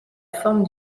forme